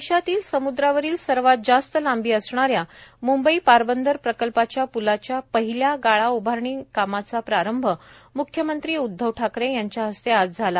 देशातील समुद्रावरील सर्वात जास्त लांबी असणाऱ्या मुंबई पारबंदर प्रकल्पाच्या प्लाच्या पहिल्या गाळा उभारणी कामाचा प्रारंभ म्ख्यमंत्री उद्धव ठाकरे यांच्या हस्ते आज झाला